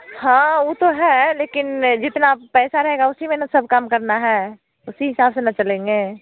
हाँ ऊ तो है लेकिन जितना पैसा रहेगा उसी में ना सब काम करना है उसी हिसाब से ना चलेंगे